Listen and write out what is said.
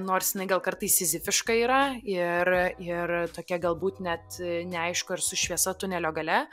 nors jinai gal kartais sizifiška yra ir ir tokia galbūt net neaišku ar su šviesa tunelio gale